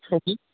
सही